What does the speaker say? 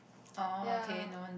ya